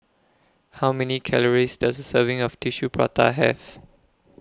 How Many Calories Does A Serving of Tissue Prata Have